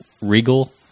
regal